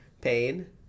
pain